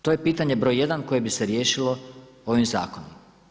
To je pitanje broj jedan koje bi se riješilo ovim zakonom.